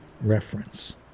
reference